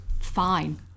fine